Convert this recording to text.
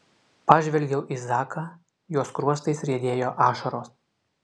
pažvelgiau į zaką jo skruostais riedėjo ašaros